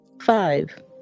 five